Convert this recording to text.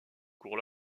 cours